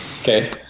Okay